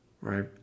right